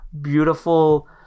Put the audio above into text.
beautiful